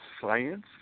science